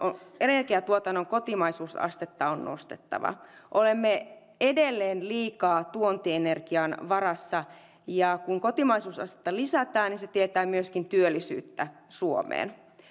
energiatuotannon kotimaisuusastetta on nostettava olemme edelleen liikaa tuontienergian varassa ja kun kotimaisuusastetta lisätään se tietää myöskin työllisyyttä suomeen myöskin